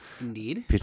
Indeed